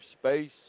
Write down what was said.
space